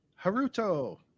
haruto